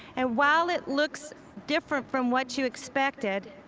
and while it looks different from what you expected,